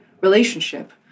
relationship